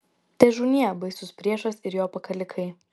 težūnie baisus priešas ir jo pakalikai